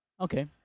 Okay